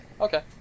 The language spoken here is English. Okay